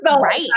Right